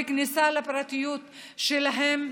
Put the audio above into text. וכניסה לפרטיות שלהם,